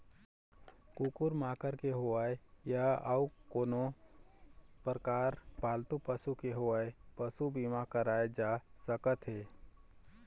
कुकुर माकर के होवय या अउ कोनो परकार पालतू पशु के होवय पसू बीमा कराए जा सकत हे